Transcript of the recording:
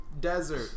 desert